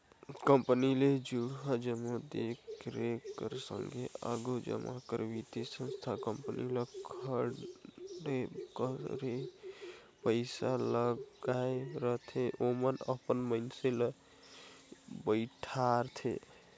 company ले जुड़ल जम्मो देख रेख कर संघे आघु बढ़ाए बर बित्तीय संस्था कंपनी ल खड़े करे पइसा लगाए रहिथे ओमन अपन मइनसे ल बइठारथे